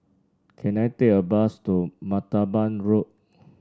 can I take a bus to Martaban Road